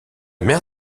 mère